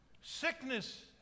sickness